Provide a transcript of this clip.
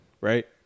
right